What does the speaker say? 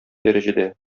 дәрәҗәдә